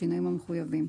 בשינויים המחויבים.